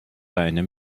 reine